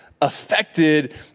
affected